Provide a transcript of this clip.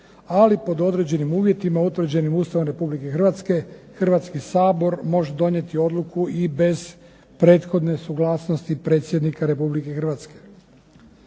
ali pod određenim uvjetima utvrđenim Ustavom Republike Hrvatske, Hrvatski sabor može donijeti odluku i bez prethodne suglasnosti Predsjednika Republike Hrvatske.